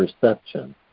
perception